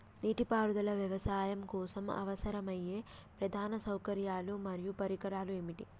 నీటిపారుదల వ్యవసాయం కోసం అవసరమయ్యే ప్రధాన సౌకర్యాలు మరియు పరికరాలు ఏమిటి?